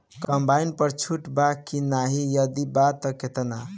Combine पर छूट बा की नाहीं यदि बा त केतना?